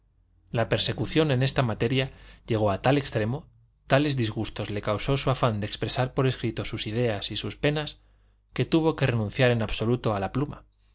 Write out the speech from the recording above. la persecución en esta materia llegó a tal extremo tales disgustos le causó su afán de expresar por escrito sus ideas y sus penas que tuvo que renunciar en absoluto a la pluma